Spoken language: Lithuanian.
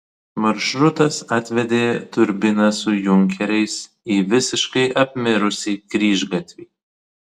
maršrutas atvedė turbiną su junkeriais į visiškai apmirusį kryžgatvį